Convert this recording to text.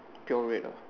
pure red ah